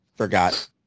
forgot